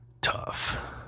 tough